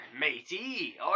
matey